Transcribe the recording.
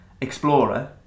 explorer